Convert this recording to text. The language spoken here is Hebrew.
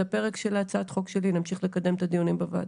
את הפרק של הצעת החוק שלי נמשיך לקדם בדיונים בוועדה.